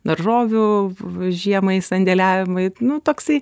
daržovių žiemai sandėliavimai nu toksai